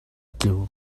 tlu